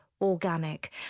organic